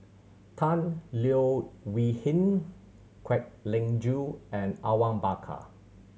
Tan Leo Wee Hin Kwek Leng Joo and Awang Bakar